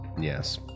Yes